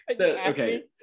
okay